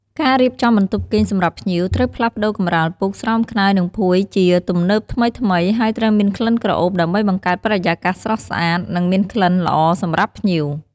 ការរៀបចំបន្ទប់គេងសម្រាប់ភ្ញៀវ ត្រូវផ្លាស់ប្តូរកម្រាលពូក ស្រោមខ្នើយ និងភួយជាទំនើបថ្មីៗ ហើយត្រូវមានក្លិនក្រអូប ដើម្បីបង្កើតបរិយាកាសស្រស់ស្អាត និងមានក្លិនល្អសម្រាប់ភ្ញៀវ។